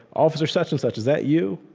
officer such-and-such, is that you?